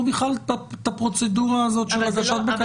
בכלל את הפרוצדורה הזאת של הגשת בקשה?